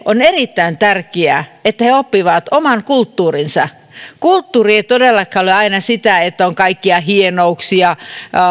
on erittäin tärkeää että he oppivat oman kulttuurinsa kulttuuri ei todellakaan ole aina sitä että on kaikkia hienouksia